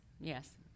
Yes